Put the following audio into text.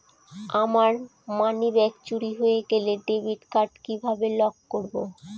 আমার মানিব্যাগ চুরি হয়ে গেলে ডেবিট কার্ড কিভাবে লক করব?